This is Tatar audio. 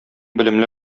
белемле